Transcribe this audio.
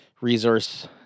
resource